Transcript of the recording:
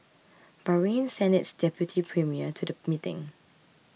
Bahrain sent its deputy premier to the meeting